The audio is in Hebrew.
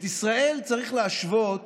את ישראל צריך להשוות